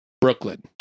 Brooklyn